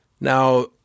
Now